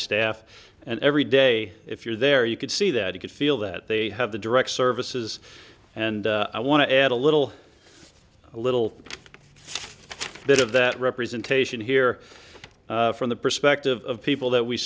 staff and every day if you're there you could see that you could feel that they have the direct services and i want to add a little a little bit of that representation here from the perspective of people that we